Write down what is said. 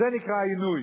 זה נקרא עינוי.